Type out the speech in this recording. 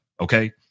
Okay